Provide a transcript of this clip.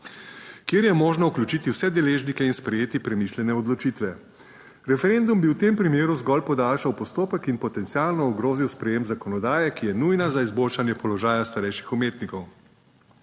kjer je možno vključiti vse deležnike in sprejeti premišljene odločitve. Referendum bi v tem primeru zgolj podaljšal postopek in potencialno ogrozil sprejem zakonodaje, ki je nujna za izboljšanje položaja starejših umetnikov.